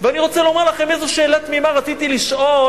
ואני רוצה לומר לכם איזו שאלה תמימה רציתי לשאול,